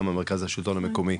גם המרכז השלטון המקומי,